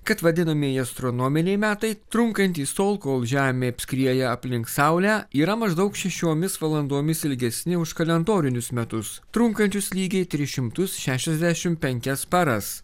kad vadinamieji astronominiai metai trunkantys tol kol žemė apskrieja aplink saulę yra maždaug šešiomis valandomis ilgesni už kalendorinius metus trunkančius lygiai tris šimtus šešiasdešim penkias paras